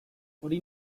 hori